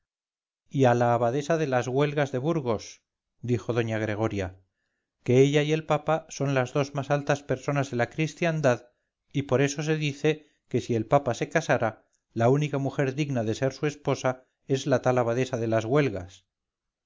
a la abadesa de las huelgas de burgos dijo doña gregoria que ella y el papa son las dos más altas personas de la cristiandad y por eso se dice que si el papa se casara la única mujer digna de ser su esposa es la tal abadesa de las huelgas